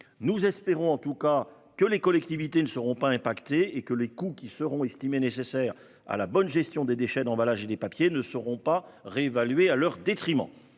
Nous espérons en tout cas que les collectivités ne seront pas affectées et que les coûts qui seront estimés nécessaires à la bonne gestion des déchets d'emballage et de papier ne seront pas réévalués à leur détriment.